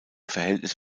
verhältnis